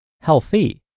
healthy